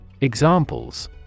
Examples